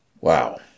Wow